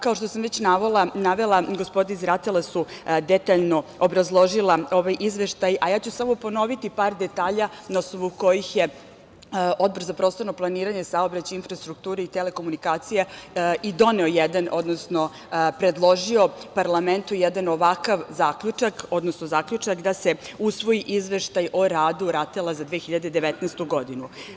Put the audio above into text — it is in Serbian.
Kao što sam već navela gospoda iz RATEL-a su detaljno obrazložila ova izveštaj, a ponoviću samo par detalja koje je Odbor za prostorno planiranje, saobraćaj, infrastrukturu i telekomunikacije i doneo jedan, odnosno predložio parlamentu jedan ovakav zaključak, odnosno zaključak da se usvoji izveštaj o radu RATEL-a za 2019. godinu.